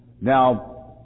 Now